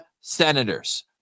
Senators